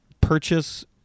purchase